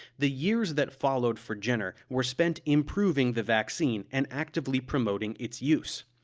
the years that followed for jenner were spent improving the vaccine and actively promoting its use.